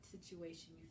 situation